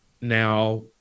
now